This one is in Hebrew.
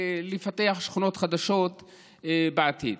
ולפתח שכונות חדשות בעתיד.